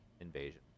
invasion